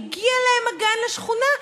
הגיע להם הגן לשכונה.